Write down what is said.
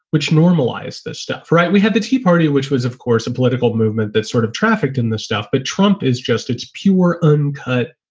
which normalized this stuff. right. we had the tea party, which was, of course, a political movement that sort of trafficked in this stuff. but trump is just it's pure, uncut,